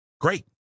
Great